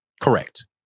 Correct